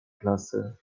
klasy